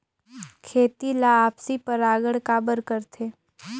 खेती ला आपसी परागण काबर करथे?